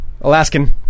Alaskan